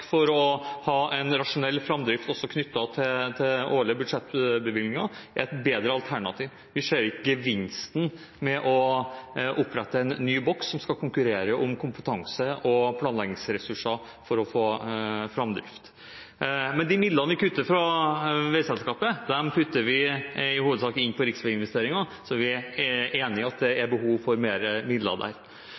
for å ha en rasjonell framdrift også knyttet til årlige budsjettbevilgninger, er et bedre alternativ. Vi ser ikke gevinsten ved å opprette en ny boks som skal konkurrere om kompetanse og planleggingsressurser for å få framdrift. De midlene vi kutter fra veiselskapet, putter vi i hovedsak inn på riksveiinvesteringer, så vi er enig i at det er behov for mer midler der.